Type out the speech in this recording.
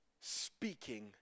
speaking